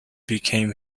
became